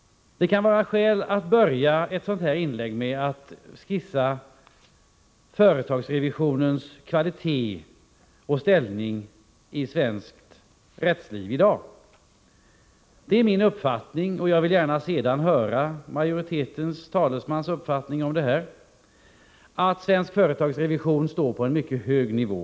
Det kan vara skäl att börja ett sådant här inlägg med att skissa företagsrevisonens kvalitet och ställning i svenskt rättsliv i dag. Det är min uppfattning — och jag vill gärna sedan höra majoritetens talesmans uppfattning om detta — att svensk företagsrevision står på en mycket hög nivå.